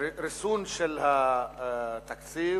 ריסון של התקציב